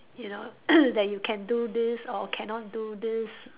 you know that you can do this or cannot do this